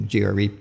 GRE